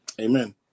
Amen